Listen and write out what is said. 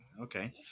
okay